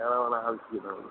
കല്യാണമാണ് ആവശ്യം നമുക്ക്